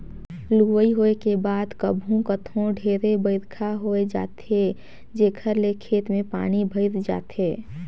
लुवई होए के बाद कभू कथों ढेरे बइरखा होए जाथे जेखर ले खेत में पानी भइर जाथे